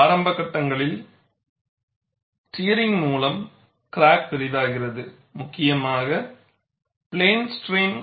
ஆரம்ப கட்டங்களில் டியரிங்க் மூலம் கிராக் பெரிதாகிறது முக்கியமாக பிளேன் ஸ்ட்ரைன்